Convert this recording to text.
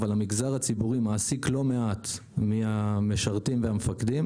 אבל המגזר הציבורי מעסיק לא מעט מהמשרתים והמפקדים